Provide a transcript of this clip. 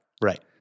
right